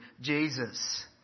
Jesus